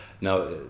Now